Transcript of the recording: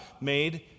made